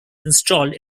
installed